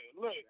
Look